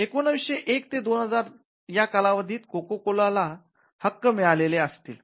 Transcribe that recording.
१९०१ ते २००० या कालावधीत कोका कोला ला हक्क मिळालेले असतील